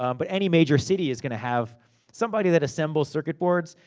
um but, any major city is gonna have somebody that assembles circuit boards.